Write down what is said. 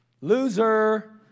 Loser